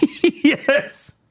Yes